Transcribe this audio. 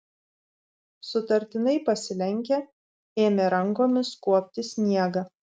sutartinai pasilenkę ėmė rankomis kuopti sniegą